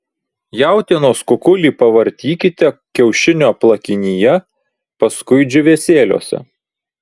jautienos kukulį pavartykite kiaušinio plakinyje paskui džiūvėsėliuose